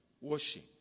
washing